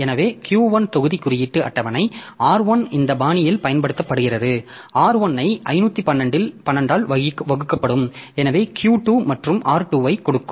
எனவே Q 1 தொகுதி குறியீட்டு அட்டவணை R 1 இந்த பாணியில் பயன்படுத்தப்படுகிறது R 1 ஐ 512 ஆல் வகுக்கப்படும் எனவே Q 2 மற்றும் R 2 ஐக் கொடுக்கும்